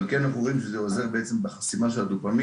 אבל כן אנחנו רואים בעצם שזה עוזר בחסימה של הדופמין,